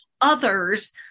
others